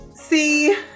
see